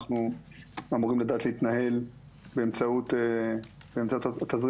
אנחנו אמורים לדעת להתנהל באמצעות התזרים